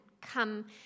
come